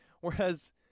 Whereas